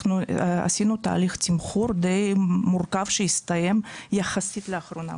עשינו תהליך תמחור די מורכב שהסתיים יחסית לאחרונה.